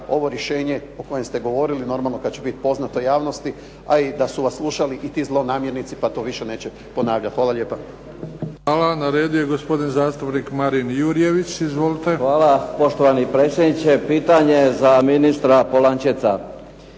ovo rješenje o kojem ste govorili normalno kad će biti poznato javnosti a i da su vas slušali i ti zlonamjernici pa to više neće ponavljati. Hvala lijepa. **Bebić, Luka (HDZ)** Hvala. Na redu je gospodin zastupnik Marin Jurjević. Izvolite. **Jurjević, Marin (SDP)** Hvala. Poštovani predsjedniče. Pitanje za ministra Polančeca.